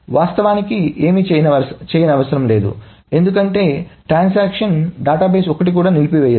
వాస్తవానికి ఏమీ చేయనవసరం లేదు ఎందుకంటే ట్రాన్సాక్షన్ డేటాబేస్ ఒక్కటి కూడా నిలిపివేయదు